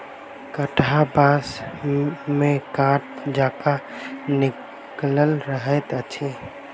कंटहा बाँस मे काँट जकाँ निकलल रहैत अछि